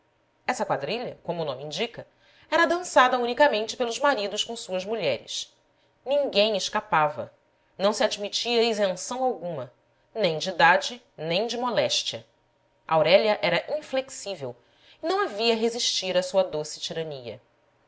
essa quadrilha como o nome indica era dançada unicamente pelos maridos com suas mulheres ninguém escapava não se admitia insenção alguma nem de idade nem de moléstia aurélia era inflexível e não havia resistir à sua doce tirania